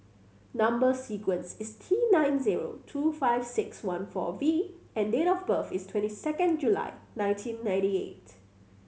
number sequence is T nine zero two five six one four V and date of birth is twenty second July nineteen ninety eight